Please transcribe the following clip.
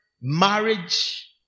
marriage